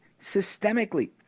systemically